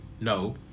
no